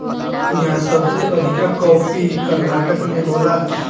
इहा सबसे अधिका कॉफ़ी कर्नाटक में होला